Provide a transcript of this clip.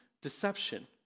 deception